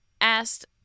asked